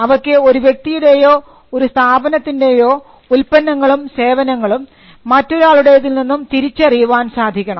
അവയ്ക്ക് ഒരു വ്യക്തിയുടെയോ ഒരു സ്ഥാപനത്തിൻറെേയോ ഉൽപ്പന്നങ്ങളും സേവനങ്ങളും മറ്റൊരാളുടേതിൽ നിന്നും തിരിച്ചറിയാൻ സാധിക്കണം